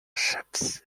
ships